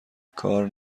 کار